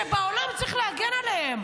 שבעולם צריך להגן עליהם.